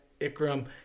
Ikram